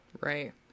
Right